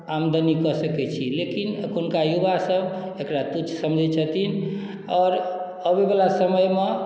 आमदनी कऽ सकैत छी लेकिन एखुनका युवासभ एकरा तुच्छ समझैत छथिन आओर अबैवला समयमे